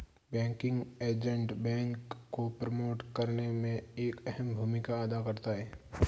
banking agent bank को promote करने में एक अहम भूमिका अदा करता है